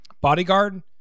bodyguard